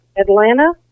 Atlanta